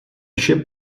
ship